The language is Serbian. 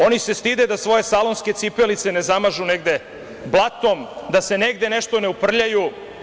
Oni se stide da svoje salonske cipelice ne zamažu negde blatom, da se negde nešto ne uprljaju.